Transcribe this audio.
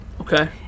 Okay